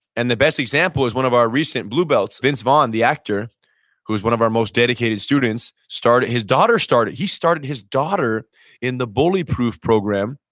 and the best example is one of our recent blue belts, vince vaughn, the actor who is one of our most dedicated students, his daughter started, he started his daughter in the bully proof program,